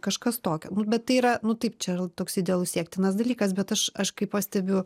kažkas tokio bet tai yra nu taip čia toks idealus siektinas dalykas bet aš aš kai pastebiu